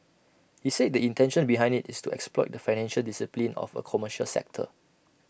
he said the intention behind IT is to exploit the financial discipline of A commercial sector